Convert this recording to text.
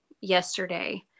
yesterday